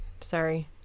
sorry